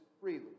freely